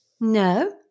No